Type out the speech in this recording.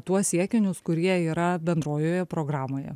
tuos siekinius kurie yra bendrojoje programoje